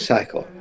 Cycle